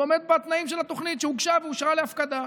הוא עומד בתנאים של התוכנית שהוגשה ואושרה להפקדה.